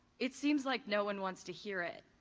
it seems like no one wants to hear it.